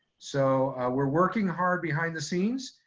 so we're working hard behind the scenes.